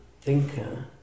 thinker